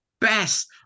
best